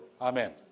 Amen